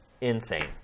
Insane